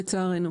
לצערנו.